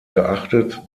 geachtet